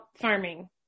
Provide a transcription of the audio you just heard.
farming